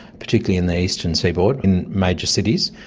particularly in the eastern seaboard in major cities.